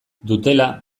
dutela